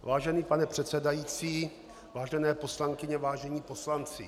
Vážený pane předsedající, vážené poslankyně, vážení poslanci.